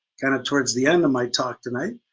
kind of towards the end of my talk tonight,